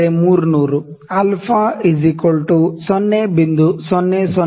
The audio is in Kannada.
4300 ಅಲ್ಫಾ α 0